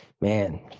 man